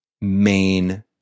main